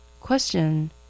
question